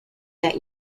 that